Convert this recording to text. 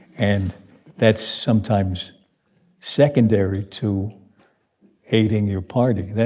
and that's sometimes secondary to hating your party.